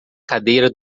cadeira